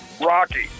Rocky